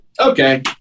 okay